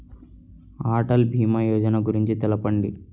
అటల్ భీమా యోజన గురించి తెలుపండి?